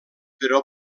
però